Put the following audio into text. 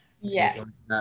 Yes